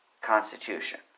Constitution